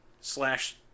slash